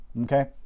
okay